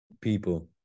people